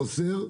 החוסר,